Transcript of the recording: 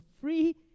free